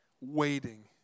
Waiting